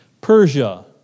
Persia